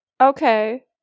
Okay